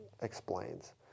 explains